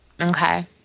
okay